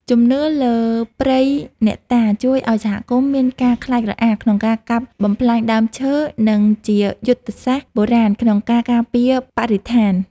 ជំនឿលើព្រៃអ្នកតាជួយឱ្យសហគមន៍មានការខ្លាចរអាក្នុងការកាប់បំផ្លាញដើមឈើ និងជាយុទ្ធសាស្ត្របុរាណក្នុងការការពារបរិស្ថាន។